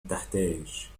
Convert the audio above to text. تحتاج